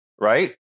right